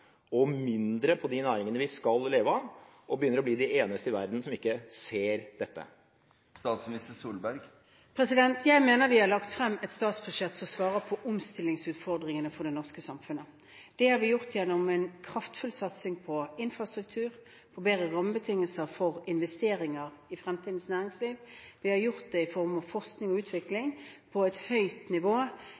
og mindre på de næringene vi skal leve av, og begynner å bli de eneste i verden som ikke ser dette. Jeg mener vi har lagt frem et statsbudsjett som svarer på omstillingsutfordringene for det norske samfunnet. Det har vi gjort gjennom en kraftfull satsing på infrastruktur, bedre rammebetingelser for investeringer i fremtidens næringsliv, vi har gjort det i form av forskning og utvikling på et høyt nivå,